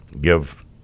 give